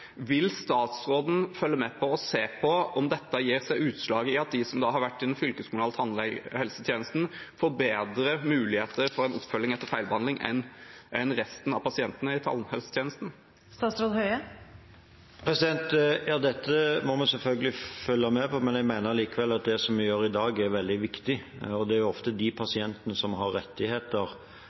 Vil statsråden følge med på og se på om dette gir seg utslag i at de som har vært i den fylkeskommunale tannhelsetjenesten, får bedre muligheter for en oppfølging etter feilbehandling enn resten av pasientene i tannhelsetjenesten? Ja, dette må vi selvfølgelig følge med på. Jeg mener likevel at det vi gjør i dag, er veldig viktig. Det er ofte de pasientene som har rettigheter